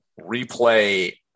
replay